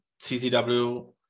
ccw